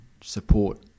support